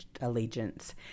Allegiance